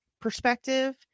perspective